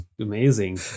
amazing